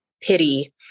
pity